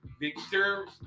Victor